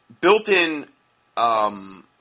built-in